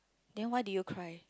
then why did you cry